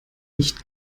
nicht